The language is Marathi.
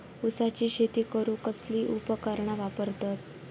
ऊसाची शेती करूक कसली उपकरणा वापरतत?